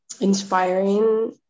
inspiring